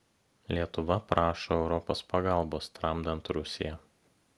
lietuva prašo europos pagalbos tramdant rusiją